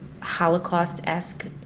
Holocaust-esque